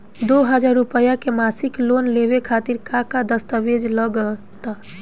दो हज़ार रुपया के मासिक लोन लेवे खातिर का का दस्तावेजऽ लग त?